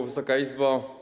Wysoka Izbo!